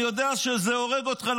אני יודע שזה הורג אותך,